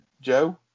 Joe